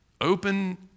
open